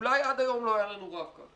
אולי עד היום לא היה לנו רב קו.